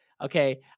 Okay